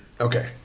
Okay